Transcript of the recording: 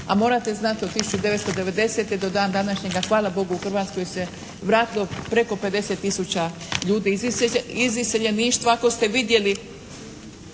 A morate znati, od 1990. do dan današnjega hvala Bogu u Hrvatskoj se vratilo preko 50 tisuća ljudi iz iseljeništva. Ako ste vidjeli